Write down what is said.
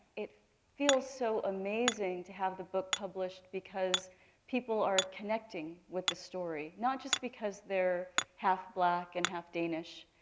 it feels so amazing to have the book published because people are connecting with the story. not just because they're half black and half danish.